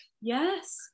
yes